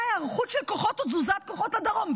היערכות של כוחות או תזוזת כוחות לדרום?